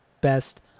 best